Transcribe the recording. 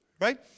right